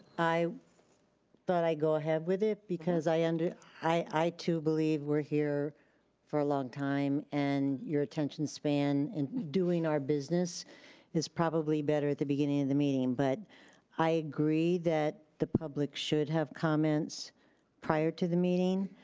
i thought i'd go ahead with it, because i and i too believe we're here for a long time and your attention span and doing our business is probably better at the beginning of the meeting but i agree that the public should have comments prior to the meeting.